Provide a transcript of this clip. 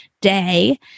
day